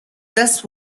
this